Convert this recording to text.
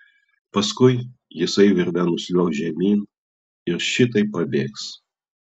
paskui jisai virve nusliuogs žemyn ir šitaip pabėgs